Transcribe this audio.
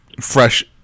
Fresh